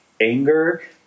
anger